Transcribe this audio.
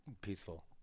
peaceful